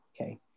okay